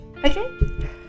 Okay